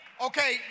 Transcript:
Okay